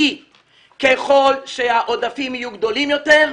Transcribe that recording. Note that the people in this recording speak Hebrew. כי ככל שהעודפים יהיו גדולים יותר,